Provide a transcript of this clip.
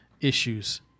issues